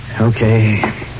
Okay